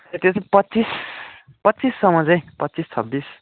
त्यही त पच्चिस पच्चिससम्म चाहिँ पच्चिस छब्बिस